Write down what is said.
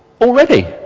already